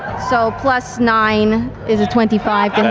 so plus nine is a twenty five